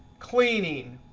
cleaning,